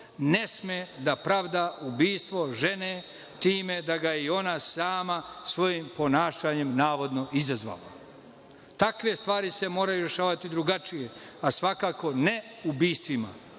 ne sme da pravda ubistvo žene time da ga je ona sama, svojim ponašanjem navodno izazvala. Takve stvari se moraju rešavati drugačije, a svakako ne ubistvima.